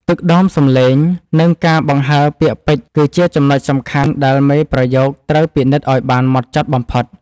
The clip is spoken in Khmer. ទឹកដមសម្លេង និង ការបង្ហើរពាក្យពេចន៍គឺជាចំណុចសំខាន់ដែលមេប្រយោគត្រូវពិនិត្យឱ្យបានហ្មត់ចត់បំផុត។